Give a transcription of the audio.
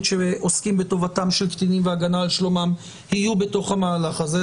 שעוסקים בטובתם של הקטינים ובהגנה על שלומם יהיו בתוך המהלך הזה,